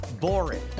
boring